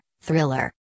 thriller